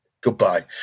Goodbye